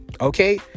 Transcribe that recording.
okay